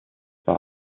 war